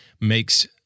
makes